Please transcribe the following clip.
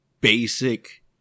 basic